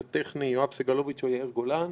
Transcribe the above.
זה טכני יואב סגלוביץ' או יאיר גולן?